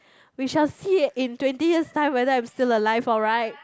we shall see in twenty years time whether I'm still alive alright